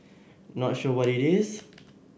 not sure what it is